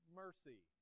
mercy